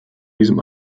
diesem